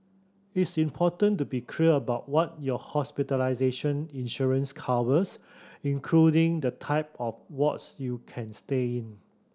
it's important to be clear about what your hospitalization insurance covers including the type of wards you can stay in